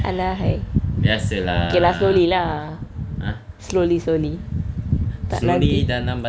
alahai okay lah slowly lah slowly slowly tak nanti